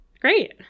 Great